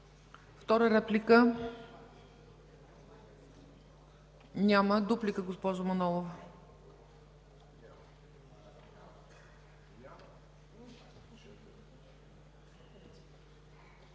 Втора реплика – няма. Дуплика, госпожо Манолова.